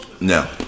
No